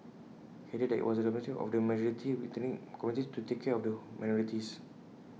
he added that IT was the responsibility of the majority ethnic communities to take care of the minorities